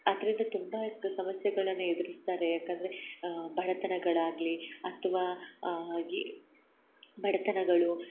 ಅದರಿಂದ ತುಂಬಾ ಗ ಸಮಸ್ಯೆಗಳನ್ನು ಎದ್ರಿಸ್ತಾರೆ ಯಾಕಂದರೆ ಬಡತನಗಳಾಗಲಿ ಅಥ್ವಾ ಆಗಿ ಬಡತನಗಳು